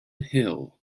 hill